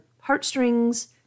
heartstrings